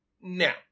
now